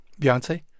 Beyonce